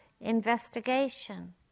investigation